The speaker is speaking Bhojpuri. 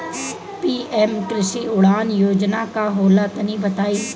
पी.एम कृषि उड़ान योजना का होला तनि बताई?